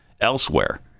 elsewhere